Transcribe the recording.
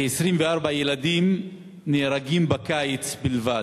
כ-24 ילדים נהרגים בקיץ בלבד.